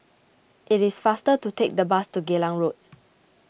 it is faster to take the bus to Geylang Road